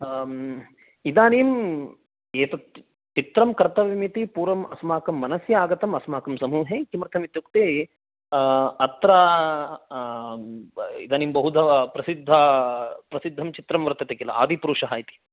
इदानीं एतत् चित्रं कर्तव्यमिति पूर्वम् अस्माकं मनसि आगतं अस्माकं समूहे किमर्थमित्युक्ते अत्र इदानीं बहुधा प्रसिद्धा प्रसिद्धं चित्रं वर्तते खिल आदिपुरुषः इति